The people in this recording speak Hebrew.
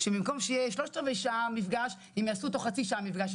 שבמקום שיהיה 45 דקות מפגש הם יעשו אותו 30 דקות מפגש.